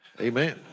Amen